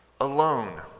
alone